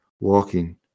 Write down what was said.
walking